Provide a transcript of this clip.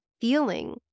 feeling